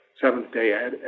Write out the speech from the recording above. Seventh-day